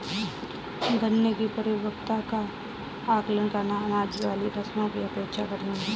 गन्ने की परिपक्वता का आंकलन करना, अनाज वाली फसलों की अपेक्षा कठिन है